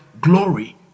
glory